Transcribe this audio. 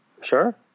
Sure